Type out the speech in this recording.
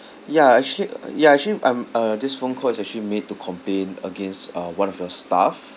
ya actually ya actually I'm uh this phone call is actually made to complain against uh one of your staff